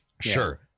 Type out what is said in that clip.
Sure